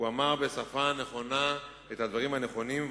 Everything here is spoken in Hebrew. הוא אמר בשפה נכונה את הדברים הנכונים.